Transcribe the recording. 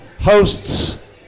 Hosts